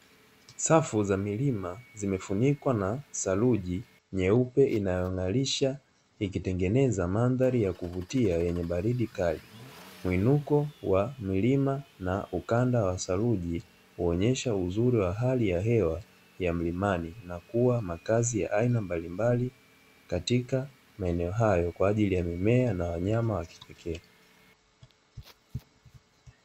Safu za milima zimefunikwa na theruji nyeupe inayong'arisha ikitengeneza mandhari ya kuvutia yenye baridi kali, mwinuko wa milima na ukanda wa theruji huonyesha uzuri wa hali ya hewa ya milimani na kuwa makazi ya aina mbalimbali katika maeneo hayo kwa ajili ya mimea na wanyama wa kipekee.